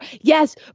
Yes